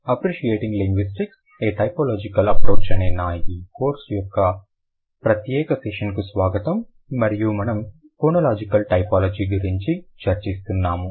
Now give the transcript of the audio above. appreciating linguistics a typological approach అనే నా ఈ కోర్సు యొక్క ప్రత్యేక సెషన్కు స్వాగతం మరియు మనం ఫోనోలాజికల్ టైపోలాజీ గురించి చర్చిస్తున్నాము